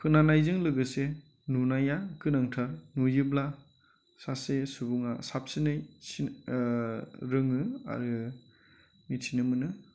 खोनानायजों लोगोसे नुनाया गोनांथार नुयोब्ला सासे सुबुङा साबसिनै रोङो आरो मिथिनो मोनो